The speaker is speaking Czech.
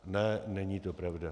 Ne, není to pravda.